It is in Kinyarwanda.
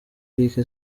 eric